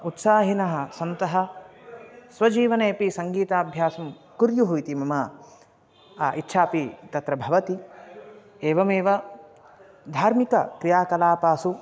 उत्साहिनः सन्ति स्वजीवनेपि सङ्गीताभ्यासं कुर्युः इति मम इच्छापि तत्र भवति एवमेव धार्मिक क्रियाकलापासु